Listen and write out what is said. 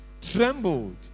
trembled